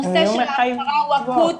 הנושא של ההכשרה הוא אקוטי,